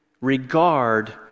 regard